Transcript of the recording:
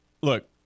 Look